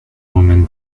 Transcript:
women